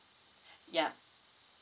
yeah